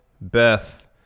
Beth